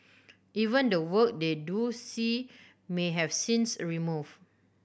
even the work they do see may have scenes removed